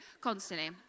Constantly